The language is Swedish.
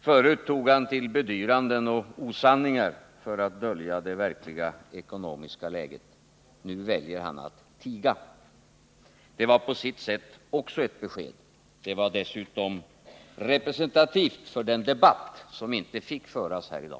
Förut tog han till bedyranden och osanningar för att dölja det verkliga ekonomiska läget. Nu väljer han att tiga. Det var på sitt sätt också ett besked. Det var dessutom representativt för den debatt som inte fick föras här i dag.